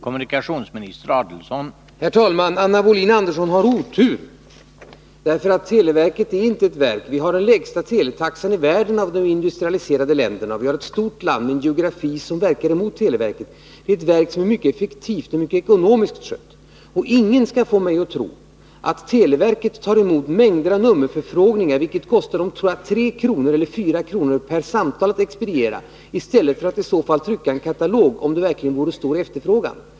Herr talman! Anna Wohlin-Andersson har otur. Televerket är ett välskött verk. Vi har den lägsta teletaxan av alla industrialiserade länder. Vi har ett stort land med en geografi som verkar mot televerket. Det är ett verk som är mycket effektivt och mycket bra ekonomiskt skött. Televerket tar emot nummerförfrågningar, vilka kostar 3 eller 4 kr. per samtal att expediera. Ingen skall få mig att tro annat än att televerket hellre skulle tillhandahålla den andra katalogdelen, om det verkligen vore en stor efterfrågan.